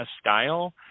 style